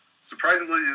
surprisingly